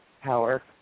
power